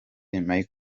michael